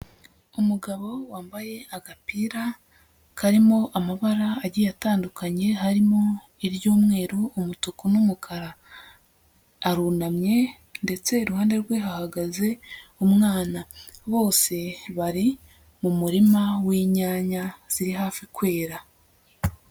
Umugabo wambaye agapira karimo amabara agiye atandukanye harimo, iry'umweru, umutuku n'umukara. Arunamye ndetse iruhande rwe hahagaze umwana. Bose bari mu murima w'inyanya ziri hafi kwera.